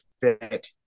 fit